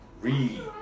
Read